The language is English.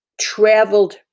traveled